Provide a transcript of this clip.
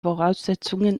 voraussetzungen